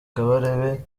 kabarebe